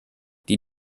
die